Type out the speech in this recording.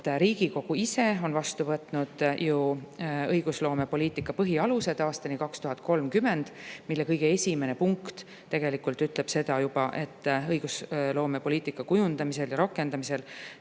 Riigikogu ise on vastu võtnud ju õigusloomepoliitika põhialused aastani 2030. Seal kõige esimene punkt tegelikult ütleb seda, et õigusloomepoliitika kujundamisel ja rakendamisel